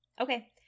Okay